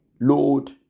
Lord